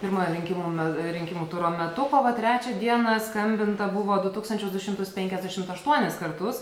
pirmojo rinkimų rinkimų turo metu kovo trečią dieną skambinta buvo du tūkstančius du šimtus penkiasdešimt aštuonis kartus